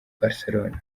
barcelona